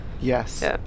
Yes